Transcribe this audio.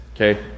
okay